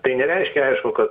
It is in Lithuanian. tai nereiškia aišku kad